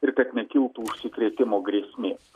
ir kad nekiltų užsikrėtimo grėsmės